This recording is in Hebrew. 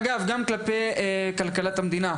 אגב גם כלפי כלכלת המדינה,